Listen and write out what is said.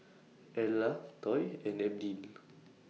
Erla Toy and Abdiel